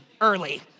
early